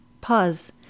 pause